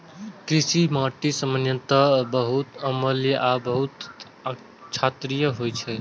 कृषि माटि सामान्यतः बहुत अम्लीय आ बहुत क्षारीय होइ छै